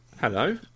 hello